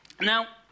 Now